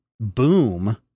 boom